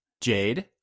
Jade